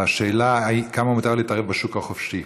בשאלה כמה מותר להתערב בשוק החופשי.